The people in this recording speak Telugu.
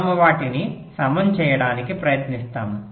మనము వాటిని సమం చేయడానికి ప్రయత్నిస్తాము